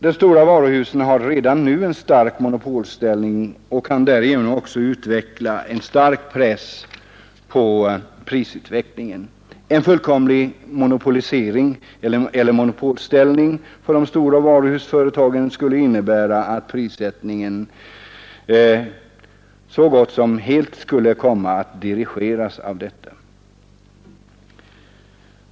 De stora varuhusen har redan nu en stark monopolställning och kan därigenom också utveckla en hård press på prisutvecklingen. En fullkomlig monopolställning för de stora varuhusföretagen skulle innebära att prissättningen så gott som helt skulle komma att dirigeras av dessa.